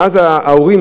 ואז ההורים,